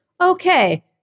okay